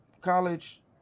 college